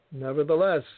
Nevertheless